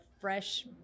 fresh